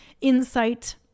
insight